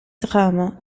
drames